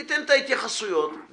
אני אתן את ההתייחסויות ונתקתק.